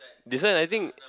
this one I think